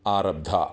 आरब्धा